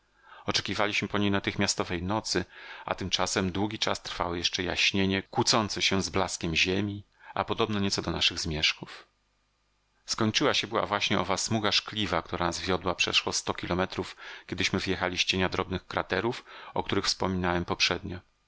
oczekiwaliśmy po nim natychmiastowej nocy a tymczasem długi czas trwało jeszcze jaśnienie kłócące się z blaskiem ziemi a podobne nieco do naszych zmierzchów skończyła się była właśnie owa smuga szkliwa która nas wiodła przeszło sto kilometrów kiedyśmy wyjechali z cienia drobnych kraterów o których wspominałem poprzednio